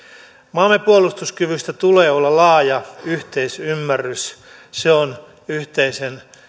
maamme puolustuskyvystä tulee olla laaja yhteisymmärrys se on yhteisen